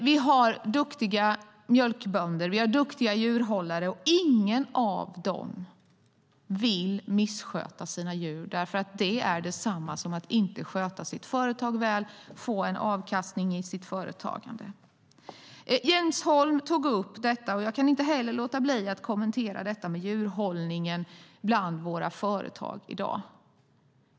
Vi har duktiga mjölkbönder och duktiga djurhållare, och ingen av dem vill missköta sina djur. Det är detsamma som att inte sköta sitt företag väl och få en avkastning i sitt företagande. Jens Holm tog upp detta, och jag kan inte låta bli att kommentera frågan om djurhållningen bland våra företag i dag.